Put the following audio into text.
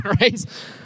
right